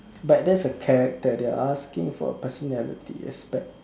but that's a character they are asking for a personality aspect